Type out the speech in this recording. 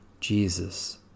Jesus